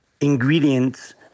ingredients